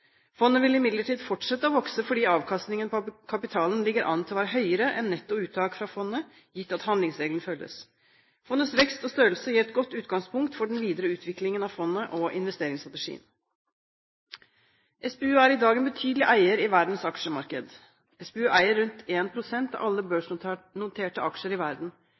Fondet vil imidlertid fortsette å vokse fordi avkastningen på kapitalen ligger an til å være høyere enn netto uttak fra fondet, gitt at handlingsregelen følges. Fondets vekst og størrelse gir et godt utgangspunkt for den videre utviklingen av fondet og investeringsstrategien. SPU er i dag en betydelig eier i verdens aksjemarked. SPU eier rundt 1 pst. av alle børsnoterte aksjer i verden.